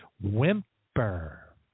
whimper